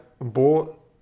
bought